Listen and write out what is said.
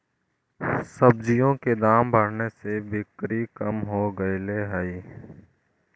सब्जियों के दाम बढ़ने से बिक्री कम हो गईले हई